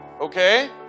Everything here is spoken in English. okay